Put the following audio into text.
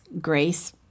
grace